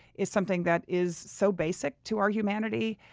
is something that is so basic to our humanity,